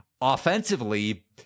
offensively